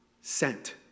sent